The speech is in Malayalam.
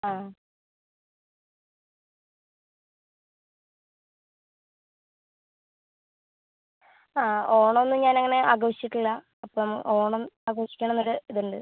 ആ ആ ഓണം ഒന്നും ഞാൻ അങ്ങനെ ആഘോഷിച്ചിട്ട് ഇല്ല അപ്പം ഓണം അഘോഷിക്കണമെന്ന് ഒര് ഇത് ഉണ്ട്